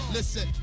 Listen